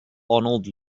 arnold